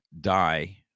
die